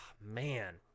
man